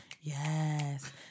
Yes